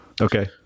Okay